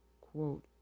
Quote